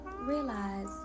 realize